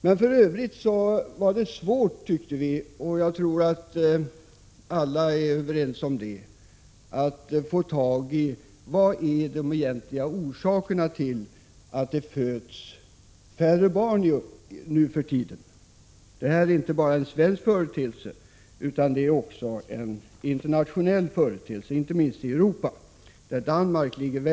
Men vi tyckte att det i övrigt var svårt — och jag tror att alla är överens om det — att få fram vad som är de egentliga orsakerna till att det föds färre barn nu för tiden än förr. Detta är inte bara en svensk utan också en internationell företeelse, som kan iakttas inte minst i Europa. Exempelvis ligger Danmark mycket lågt.